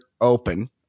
open